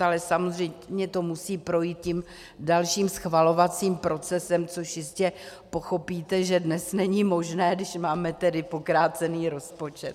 Ale samozřejmě to musí projít tím dalším schvalovacím procesem, což jistě pochopíte, že dnes není možné, když máme tedy pokrácený rozpočet.